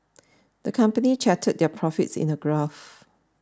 the company charted their profits in a graph